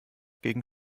gegen